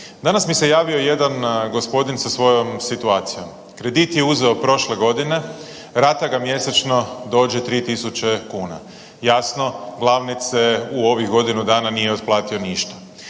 Danas mi se javio jedan gospodin sa svojom situacijom, kredit je uzeo prošle godine, rata ga mjesečno dođe 3.000 kuna, jasno glavnice u ovih godinu dana nije otplatio ništa.